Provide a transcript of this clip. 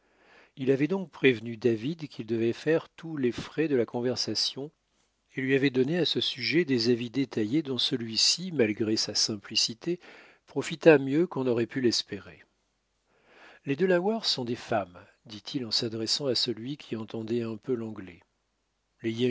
il avait donc prévenu david qu'il devait faire tous les frais de la conversation et lui avait donné à ce sujet des avis détaillés dont celui-ci malgré sa simplicité profita mieux qu'on n'aurait pu l'espérer les delawares sont des femmes dit-il en s'adressant à celui qui entendait un peu l'anglais